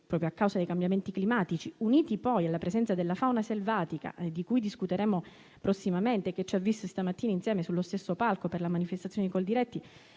proprio a causa dei cambiamenti climatici, uniti alla presenza della fauna selvatica - di cui discuteremo prossimamente - che ci ha visti stamattina insieme sullo stesso palco per la manifestazione di Coldiretti,